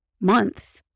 Month